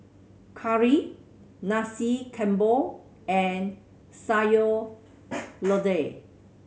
curry Nasi Campur and Sayur Lodeh